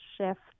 shift